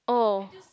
oh